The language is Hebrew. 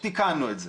תיקנו את זה',